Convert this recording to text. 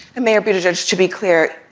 and they appear just to be clear.